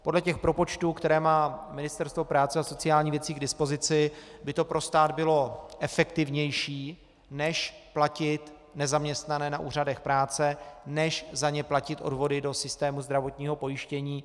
Podle těch propočtů, které má Ministerstvo práce a sociálních věcí k dispozici, by to pro stát bylo efektivnější, než platit nezaměstnané na úřadech práce, než za ně platit odvody do systému zdravotního pojištění.